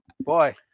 Boy